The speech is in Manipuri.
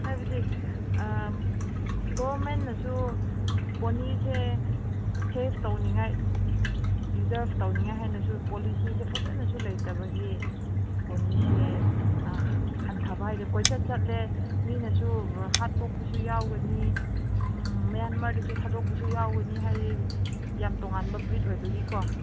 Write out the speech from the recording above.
ꯍꯥꯏꯕꯗꯤ ꯒꯚꯔꯟꯃꯦꯟꯅꯁꯨ ꯄꯣꯅꯤꯁꯦ ꯁꯦꯚ ꯇꯧꯅꯤꯡꯉꯥꯏ ꯄ꯭ꯔꯤꯖꯥꯔꯞ ꯇꯧꯅꯤꯡꯉꯥꯏ ꯍꯥꯏꯅꯁꯨ ꯄꯣꯂꯤꯁꯤꯁꯦ ꯐꯖꯅꯁꯨ ꯂꯩꯇꯕꯒꯤ ꯄꯣꯅꯤꯁꯦ ꯍꯟꯊꯕ ꯍꯥꯏꯗꯤ ꯀꯣꯏꯆꯠ ꯆꯠꯂꯦ ꯃꯤꯅꯁꯨ ꯍꯥꯠꯇꯣꯛꯄꯁꯨ ꯌꯥꯎꯒꯅꯤ ꯃꯌꯥꯝ ꯃꯔꯛꯇꯁꯨ ꯊꯥꯗꯣꯛꯄꯁꯨ ꯌꯥꯎꯒꯅꯤ ꯍꯥꯏꯗꯤ ꯌꯥꯝ ꯇꯣꯉꯥꯟꯕ ꯕ꯭ꯔꯤꯠ ꯑꯣꯏꯕꯒꯤꯀꯣ